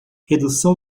redução